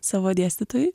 savo dėstytojui